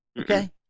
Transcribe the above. Okay